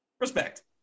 respect